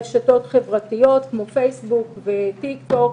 ורשתות חברתיות כמו פייסבוק וטיקטוק.